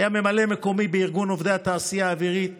היה ממלא מקומי בארגון עובדי התעשייה האווירית ונחשב,